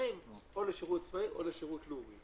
שהולכים או לשירות צבאי או לישרות לאומי.